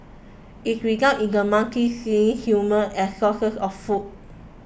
it results in the monkeys seeing humans as sources of food